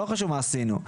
לכן,